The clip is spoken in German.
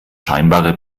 scheinbare